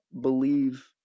believe